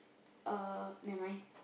uh never mind